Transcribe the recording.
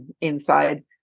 inside